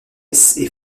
est